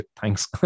Thanks